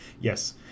yes